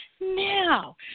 Now